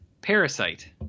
Parasite